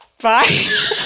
Bye